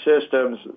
systems